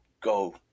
go